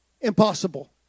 Impossible